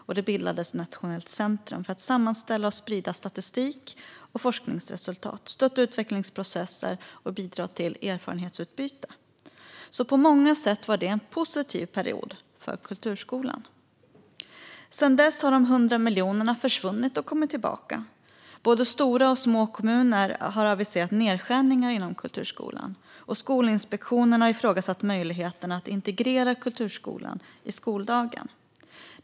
Och det bildades ett nationellt centrum för att sammanställa och sprida statistik och forskningsresultat, stötta utvecklingsprocesser och bidra till erfarenhetsutbyte. På många sätt var det en positiv period för kulturskolan. Sedan dess har de 100 miljonerna försvunnit och kommit tillbaka. Både stora och små kommuner har aviserat nedskärningar inom kulturskolan, och Skolinspektionen har ifrågasatt möjligheten att integrera kulturskolan i skoldagen.